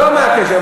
לא מה הקשר,